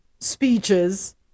speeches